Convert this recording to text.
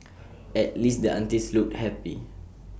at least the aunties looked happy